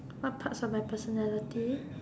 what parts of my personality